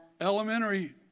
elementary